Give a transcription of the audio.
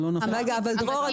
אבל דרור,